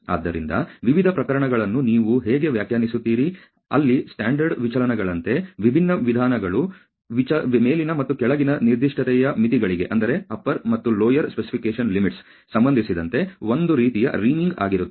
ಆದ್ದರಿಂದ ವಿವಿಧ ಪ್ರಕರಣಗಳನ್ನು ನೀವು ಹೇಗೆ ವ್ಯಾಖ್ಯಾನಿಸುತ್ತೀರಿ ಅಲ್ಲಿ ಸ್ಟ್ಯಾಂಡರ್ಡ್ ವಿಚಲನಗಳಂತೆ ವಿಭಿನ್ನ ವಿಧಾನಗಳು ಮೇಲಿನ ಮತ್ತು ಕೆಳಗಿನ ನಿರ್ದಿಷ್ಟತೆಯ ಮಿತಿಗಳಿಗೆ ಸಂಬಂಧಿಸಿದಂತೆ ಒಂದು ರೀತಿಯ ರಿಮಿಂಗ್ ಆಗಿರುತ್ತವೆ